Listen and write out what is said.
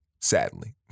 Sadly